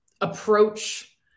approach